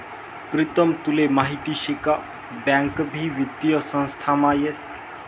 प्रीतम तुले माहीत शे का बँक भी वित्तीय संस्थामा येस